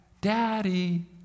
Daddy